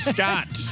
Scott